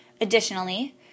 Additionally